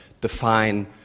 define